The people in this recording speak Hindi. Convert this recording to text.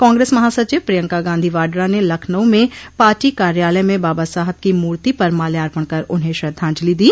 कांग्रेस महासचिव प्रियंका गांधी वाड्रा ने लखनऊ में पार्टी कार्यालय में बाबा साहब की मूर्ति पर माल्यार्पण कर श्रद्धांजलि दी